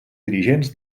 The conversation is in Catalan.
dirigents